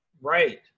Right